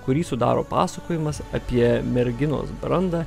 kurį sudaro pasakojimas apie merginos brandą